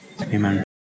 amen